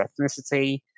ethnicity